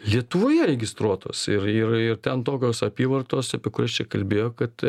lietuvoje registruotos ir ir ir ten tokios apyvartos apie kurias čia kalbėjo kad